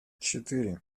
четыре